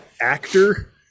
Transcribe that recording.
actor